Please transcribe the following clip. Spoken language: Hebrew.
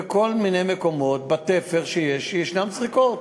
בכל מיני מקומות בתפר שיש זריקות.